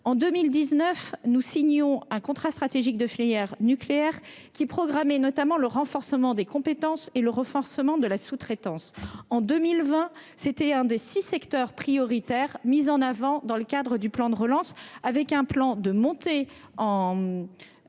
En 2019, nous signions un contrat stratégique de filière nucléaire, qui programmait notamment le renforcement des compétences et le renforcement de la sous-traitance. En 2020, c'était l'un des six secteurs prioritaires mis en avant dans le cadre du plan de relance, avec un plan de montée en